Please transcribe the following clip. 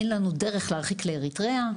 אין לנו דרך להרחיק לאריתריאה,